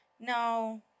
No